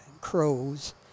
crows